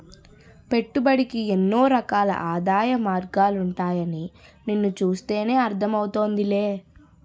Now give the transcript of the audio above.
పెట్టుబడికి ఎన్నో రకాల ఆదాయ మార్గాలుంటాయని నిన్ను చూస్తేనే అర్థం అవుతోందిలే